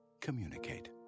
Communicate